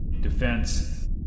defense